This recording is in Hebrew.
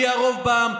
שהיא הרוב בעם,